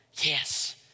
yes